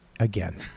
Again